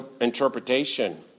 interpretation